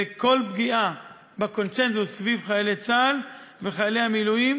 וכל פגיעה בקונסנזוס סביב חיילי צה"ל וחיילי המילואים